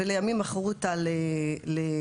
ולימים מכרו אותה לאלביט.